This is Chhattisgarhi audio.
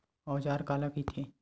औजार काला कइथे?